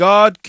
God